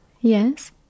Yes